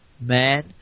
Man